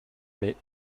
mais